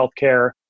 healthcare